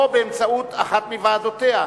או באמצעות אחת מוועדותיה,